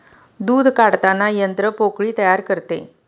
दूध काढताना यंत्र पोकळी तयार करते